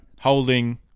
holding